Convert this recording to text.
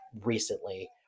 recently